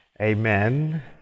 Amen